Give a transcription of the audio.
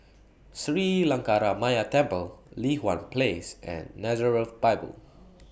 Sri Lankaramaya Temple Li Hwan Place and Nazareth Bible